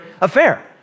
affair